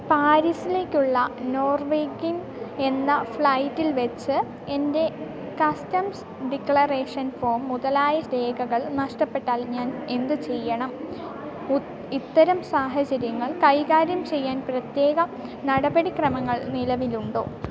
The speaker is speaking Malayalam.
പാരീസിലേക്കുള്ള നോർവെഗിൻ എന്ന ഫ്ലൈറ്റിൽവച്ച് എൻ്റെ കസ്റ്റംസ് ഡിക്ലറേഷൻ ഫോം മുതലായ രേഖകൾ നഷ്ടപ്പെട്ടാൽ ഞാൻ എന്തുചെയ്യണം ഇത്തരം സാഹചര്യങ്ങൾ കൈകാര്യം ചെയ്യാൻ പ്രത്യേക നടപടിക്രമങ്ങൾ നിലവിലുണ്ടോ